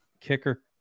Kicker